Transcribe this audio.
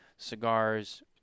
Cigars